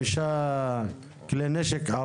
חמישה כלי נשק,